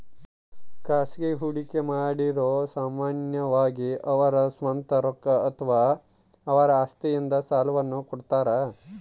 ಖಾಸಗಿ ಹೂಡಿಕೆಮಾಡಿರು ಸಾಮಾನ್ಯವಾಗಿ ಅವರ ಸ್ವಂತ ರೊಕ್ಕ ಅಥವಾ ಅವರ ಆಸ್ತಿಯಿಂದ ಸಾಲವನ್ನು ಕೊಡುತ್ತಾರ